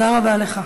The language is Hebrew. תודה רבה לך.